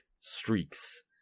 streaks